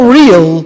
real